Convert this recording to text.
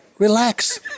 Relax